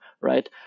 right